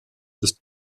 ist